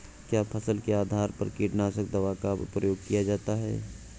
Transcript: क्या फसल के आधार पर कीटनाशक दवा का प्रयोग किया जाता है?